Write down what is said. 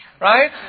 Right